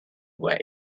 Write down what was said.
way